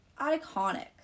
Iconic